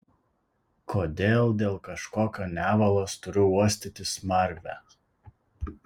kodėl dėl kažkokio nevalos turiu uostyti smarvę